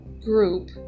group